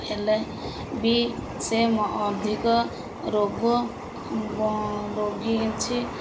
ହେଲେ ବି ସେ ଅଧିକ ରୋଗ ରୋଗୀ କିଛି